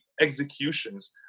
executions